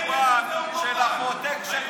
הפרוטקשן,